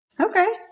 Okay